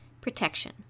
protection